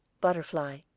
Butterfly